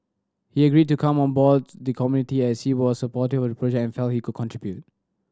he agreed to come on boards the committee as he was supportive of the project and felt he could contribute